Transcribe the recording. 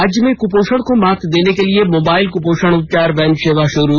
राज्य में कुपोषण को मात देने के लिए मोबाइल कुपोषण उपचार वैन सेवा शुरू